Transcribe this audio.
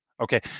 Okay